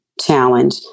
challenge